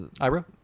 Ira